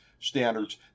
Standards